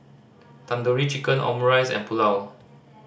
Tandoori Chicken Omurice and Pulao